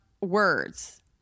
words